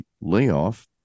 layoff